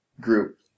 group